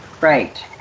Right